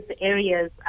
areas